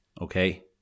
Okay